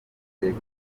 yego